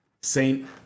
Saint